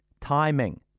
Timing